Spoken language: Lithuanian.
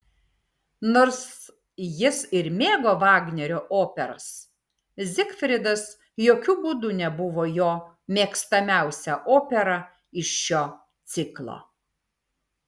nors jis ir mėgo vagnerio operas zigfridas jokiu būdu nebuvo jo mėgstamiausia opera iš šio ciklo